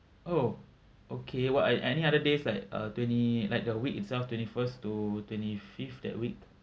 oh okay what I any other days like uh twenty like the week itself twenty first to twenty fifth that week